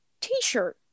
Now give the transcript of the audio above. t-shirt